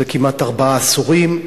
זה כמעט ארבעה עשורים.